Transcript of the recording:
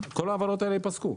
כל ההעברות הלאה ייפסקו.